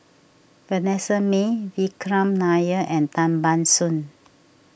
Vanessa Mae Vikram Nair and Tan Ban Soon